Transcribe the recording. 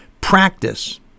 Practice